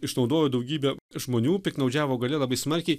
išnaudojo daugybę žmonių piktnaudžiavo galia labai smarkiai